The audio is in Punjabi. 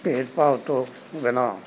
ਭੇਦ ਭਾਵ ਤੋਂ ਬਿਨਾਂ